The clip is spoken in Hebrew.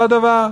אותו הדבר.